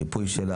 ריפוי שלה,